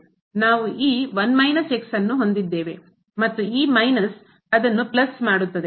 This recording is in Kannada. ರದ್ದಾಗುತ್ತದೆ ನಾವು ಈ ಮತ್ತು ಈ ಮೈನಸ್ ಅದನ್ನು ಪ್ಲಸ್ ಮಾಡುತ್ತದೆ